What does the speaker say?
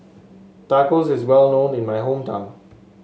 tacos is well known in my hometown